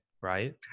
right